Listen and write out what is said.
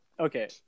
Okay